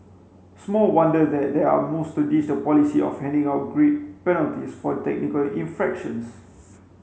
small wonder that there are moves to ditch the policy of handing out grid penalties for technical infractions